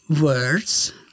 words